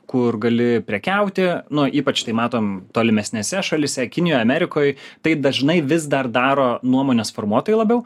kur gali prekiauti nu ypač tai matom tolimesnėse šalyse kinijoj amerikoj tai dažnai vis dar daro nuomonės formuotojai labiau